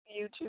YouTube